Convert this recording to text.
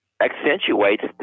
accentuates